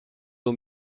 aux